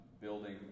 building